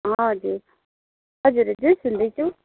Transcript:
हजुर हजुर हजुर सुन्दैछु